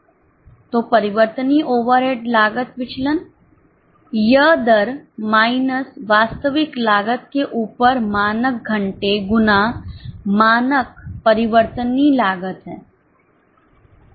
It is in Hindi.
तो परिवर्तनीय ओवरहेड लागत विचलन यह दर माइनस वास्तविक लागत के ऊपर मानक घंटे गुना मानक परिवर्तनीय लागत है